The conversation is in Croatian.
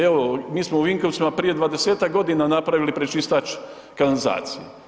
Evo mi smo u Vinkovcima prije 20-ak godina napravili pročistač kanalizacije.